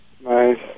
Nice